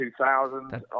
2000